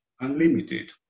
unlimited